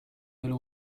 river